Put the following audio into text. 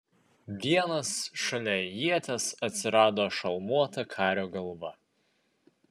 vienas šalia ieties atsirado šalmuota kario galva